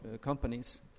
companies